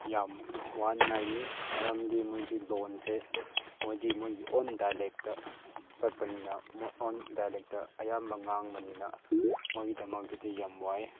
ꯌꯥꯝ ꯋꯥꯅꯤꯡꯉꯥꯏꯅꯤ ꯃꯔꯝꯗꯤ ꯃꯣꯏꯗꯤ ꯂꯣꯟꯁꯦ ꯃꯣꯏꯒꯤ ꯂꯣꯏꯒꯤ ꯑꯣꯟ ꯗꯥꯏꯂꯦꯛꯇ ꯆꯠꯄꯅꯤꯅ ꯃꯣꯏ ꯑꯣꯟ ꯗꯥꯏꯂꯦꯛꯇ ꯑꯌꯥꯝꯕ ꯉꯥꯡꯕꯅꯤꯅ ꯃꯣꯏꯒꯤꯗꯃꯛꯇꯗꯤ ꯌꯥꯝ ꯋꯥꯏ